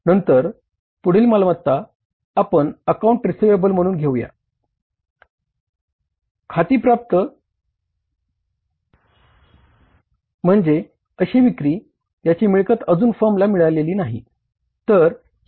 नंतर पुढील मालमत्ता आपण मिळालेली नाही